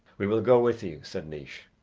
we will go with you, said naois.